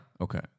Okay